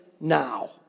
now